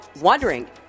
wondering